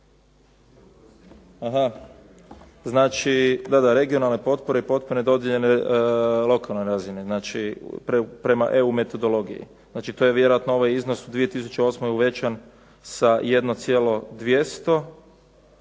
Znači, regionalne potpore i potpore dodijeljene lokalnoj razini, znači prema EU metodologiji. Znači to je vjerojatno ovaj iznos u 2008. uvećan sa 1,2